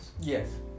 Yes